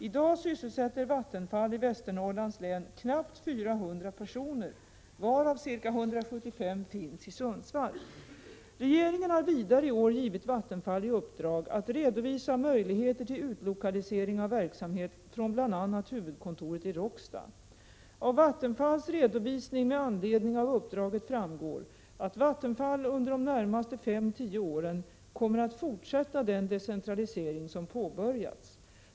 I dag sysselsätter Vattenfall i Västernorrlands län knappt 400 personer, varav ca 175 finns i Sundsvall. Regeringen har vidare i år givit Vattenfall i uppdrag att redovisa möjligheter till utlokalisering av verksamhet från bl.a. huvudkontoret i Råcksta. Av Vattenfalls redovisning med anledning av uppdraget framgår att Vattenfall under de närmaste 5—10 åren kommer att fortsätta den decentralisering som påbörjats.